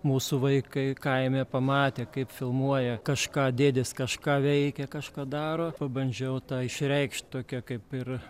mūsų vaikai kaime pamatė kaip filmuoja kažką dėdės kažką veikia kažką daro pabandžiau tą išreikšt tokią kaip ir